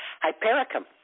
Hypericum